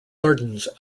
gardens